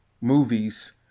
movies